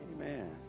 Amen